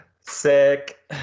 Sick